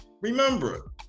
remember